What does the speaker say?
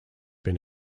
been